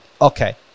okay